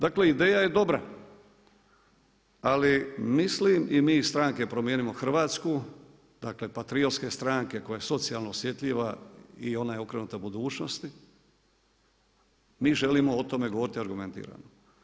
Dakle ideja je dobra ali mislim i mi iz stranke Promijenimo Hrvatsku, dakle patriotske stranke koja je socijalno osjetljiva i ona je okrenuta budućnosti mi želimo o tome govoriti argumentirano.